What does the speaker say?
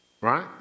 Right